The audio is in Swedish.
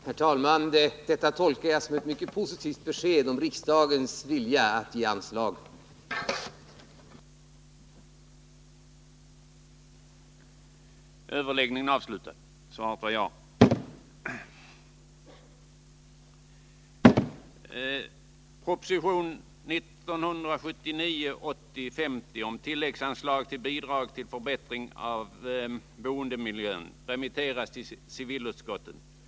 Herr talman! Detta tolkar jag som ett mycket positivt besked om riksdagens vilja att ge anslag på dessa punkter.